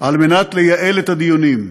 כדי לייעל את הדיונים.